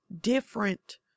different